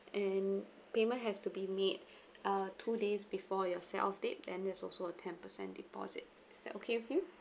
and payment has to be made uh two days before your set off date then there's also a ten percent deposit is that okay with you